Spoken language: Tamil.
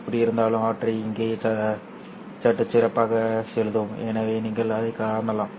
எப்படியிருந்தாலும் அவற்றை இங்கே சற்று சிறப்பாக எழுதுவோம் எனவே நீங்கள் அதைக் காணலாம்